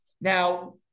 Now